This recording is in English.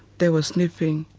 they were sniffing.